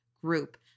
group